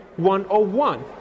101